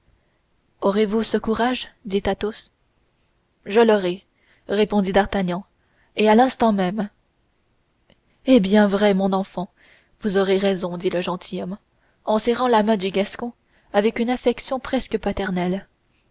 aurez-vous ce courage dit athos je l'aurai répondit d'artagnan et à l'instant même eh bien vrai mon enfant vous avez raison dit le gentilhomme en serrant la main du gascon avec une affection presque paternelle